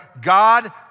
God